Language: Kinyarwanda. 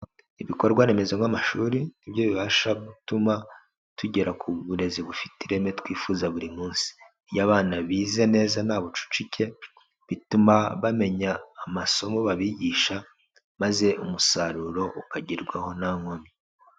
Ibikorwa remezo nk'amashuri nibyo bibasha gutuma tugera ku burezi bufite ireme twifuza buri munsi. Iyo abana bize neza nta bucucike, bituma bamenya amasomo babigisha, maze umusaruro ukagerwaho nta nkomyi.